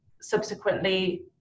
subsequently